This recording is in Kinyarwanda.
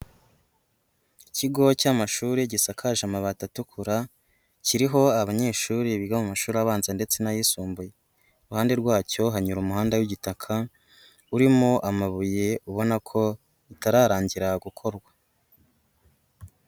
Ikigo cy'amashuri gisakaje amabati atukura, kiriho abanyeshuri biga mu mashuri abanza ndetse n'ayisumbuye, iruhande rwacyo hanyura umuhanda w'igitaka urimo amabuye ubona ko utararangira gukorwa.